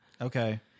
Okay